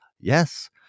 Yes